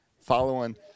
following